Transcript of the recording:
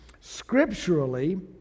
Scripturally